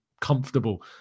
comfortable